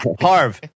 Harv